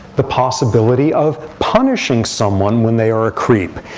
the possibility of punishing someone when they are a creep.